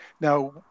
now